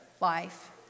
life